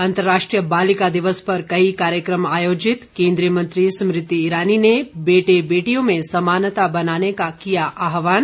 अंतर्राष्ट्रीय बालिका दिवस पर कई कार्यक्रम आयोजित केन्द्रीय मंत्री स्मृति ईरानी ने बेटे बेटियों में समानता बनाने का किया आहवान